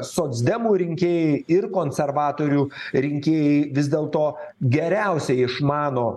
socdemų rinkėjai ir konservatorių rinkėjai vis dėlto geriausiai išmano